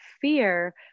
fear